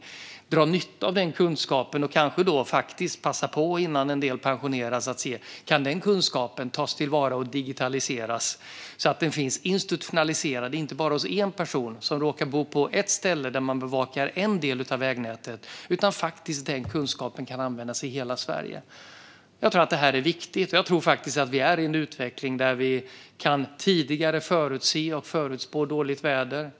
Man måste dra nytta av den kunskapen och passa på innan en del av dem pensioneras att se om deras kunskap kan tas till vara och digitaliseras så att den finns institutionaliserad inte bara hos en person, som råkar bo på ett visst ställe där man bevakar en del av vägnätet, utan att kunskapen kan användas i hela Sverige. Jag tror att det här är viktigt. Vi befinner oss i en utveckling där vi tidigare kan förutse och förutspå dåligt väder.